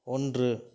ஒன்று